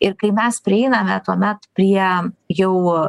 ir kai mes prieiname tuomet prie jau